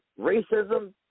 racism